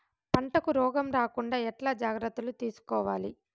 పంటకు రోగం రాకుండా ఎట్లా జాగ్రత్తలు తీసుకోవాలి?